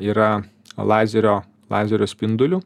yra lazerio lazerio spinduliu